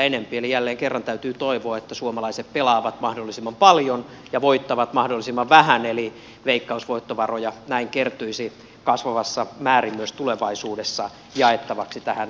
eli jälleen kerran täytyy toivoa että suomalaiset pelaavat mahdollisimman paljon ja voittavat mahdollisimman vähän eli veikkausvoittovaroja näin kertyisi kasvavassa määrin myös tulevaisuudessa jaettavaksi tähän tärkeään kulttuurityöhön